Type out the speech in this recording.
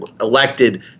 elected